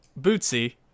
Bootsy